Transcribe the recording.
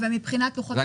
ומבחינת לוחות הזמנים?